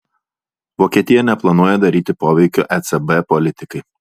vokietija neplanuoja daryti poveikio ecb politikai